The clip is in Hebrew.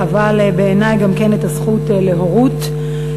אבל בעיני גם את הזכות להורות,